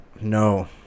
No